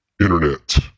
internet